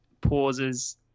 pauses